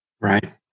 right